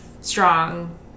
strong